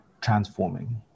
transforming